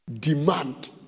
demand